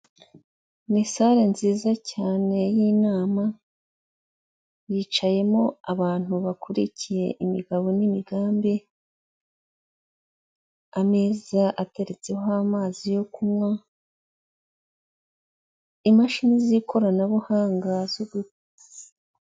Ni sare nziza cyane y'inama yicayemo abantu bakurikiye imigabo n'imigambi. Ameza ateretseho amazi yo kunywa, imashini z'ikoranabuhanga z'udu...